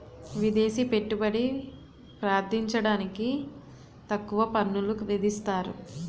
విదేశీ పెట్టుబడి ప్రార్థించడానికి తక్కువ పన్నులు విధిస్తారు